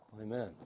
Amen